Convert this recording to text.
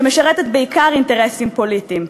שמשרתת בעיקר אינטרסים פוליטיים.